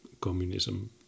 communism